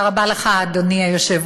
תודה רבה לך, אדוני היושב-ראש.